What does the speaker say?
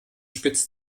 spitz